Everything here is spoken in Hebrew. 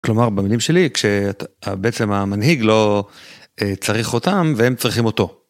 כלומר במילים שלי כשבעצם המנהיג לא צריך אותם והם צריכים אותו.